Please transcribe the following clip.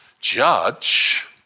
judge